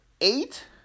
eight